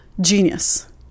genius